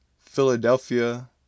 Philadelphia